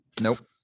nope